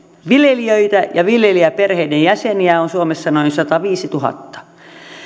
viljelijöitä ja viljelijäperheiden jäseniä on suomessa noin sataviisituhatta